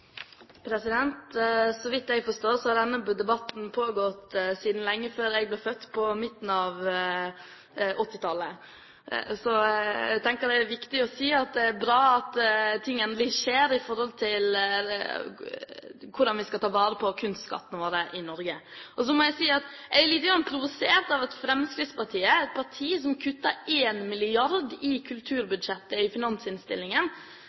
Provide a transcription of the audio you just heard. Så vidt jeg forstår, har denne debatten pågått siden lenge før jeg ble født på midten av 1980-tallet. Jeg tenker da at det er viktig å si at det er bra at ting endelig skjer i forhold til hvordan vi skal ta vare på kunstskattene våre i Norge. Jeg er litt provosert av at Fremskrittspartiet, som er et parti som kutter 1 mrd. kr i kulturbudsjettet i finansinnstillingen,